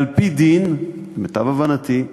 על-פי דין, למיטב הבנתי,